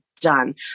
done